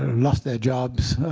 lost their jobs,